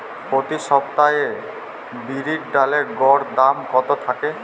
প্রতি সপ্তাহে বিরির ডালের গড় দাম কত থাকে?